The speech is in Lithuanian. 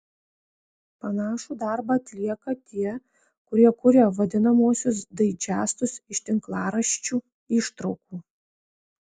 panašų darbą atlieka tie kurie kuria vadinamuosius daidžestus iš tinklaraščių ištraukų